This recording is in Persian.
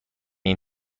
این